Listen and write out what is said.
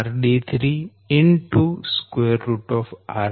Dsc13 12